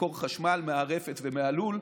למכור חשמל מהרפת ומהלול.